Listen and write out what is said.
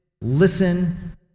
Listen